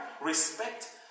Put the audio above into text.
respect